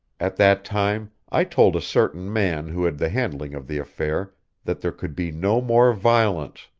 at that time i told a certain man who had the handling of the affair that there could be no more violence.